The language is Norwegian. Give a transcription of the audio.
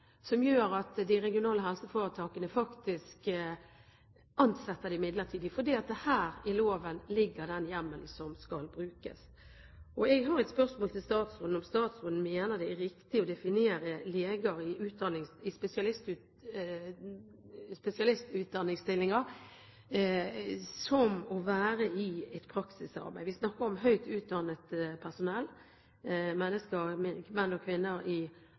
som gjør at de regionale helseforetakene faktisk ansetter dem midlertidig, for her i loven ligger den hjemmelen som skal brukes. Jeg har et spørsmål til statsråden – om statsråden mener det er riktig å definere leger i spesialistutdanningsstillinger som å være i et praksisarbeid. Vi snakker om høyt utdannet personell, menn og kvinner i